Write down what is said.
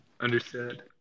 Understood